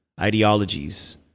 ideologies